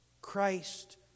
Christ